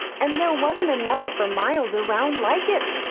and there wasn't another for miles around like it.